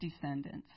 descendants